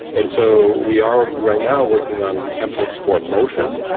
and so we are right now working on templates for motion.